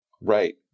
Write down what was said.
Right